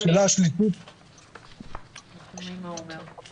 מאה אחוז.